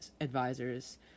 advisors